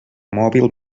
mòbil